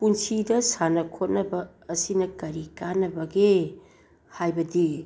ꯄꯨꯟꯁꯤꯗ ꯁꯥꯟꯅ ꯈꯣꯠꯅꯕ ꯑꯁꯤꯅ ꯀꯔꯤ ꯀꯥꯟꯅꯕꯒꯦ ꯍꯥꯏꯕꯗꯤ